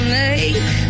make